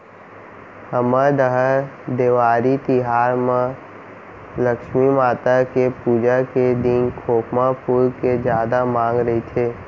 हमर डहर देवारी तिहार म लक्छमी माता के पूजा के दिन खोखमा फूल के जादा मांग रइथे